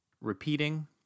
repeating